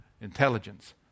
Intelligence